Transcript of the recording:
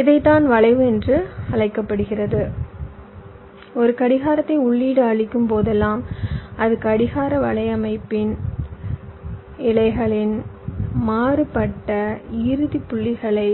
இதைத்தான் வளைவு என்று அழைக்கப்படுகிறது ஒரு கடிகாரத்தை உள்ளீடு அளிக்கும் போதெல்லாம் அது கடிகார வலையமைப்பின் இலைகளின் மாறுபட்ட இறுதி புள்ளிகளை